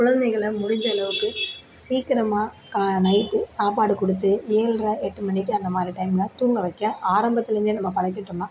குழந்தைகளை முடிஞ்சளவுக்கு சீக்கிரமாக நைட் சாப்பாடு கொடுத்து ஏழர எட்டு மணிக்கு அந்தமாதிரி டைம்ல தூங்க வைக்க ஆரம்பத்திலேந்தே நம்ம பழக்கிட்டோம்னா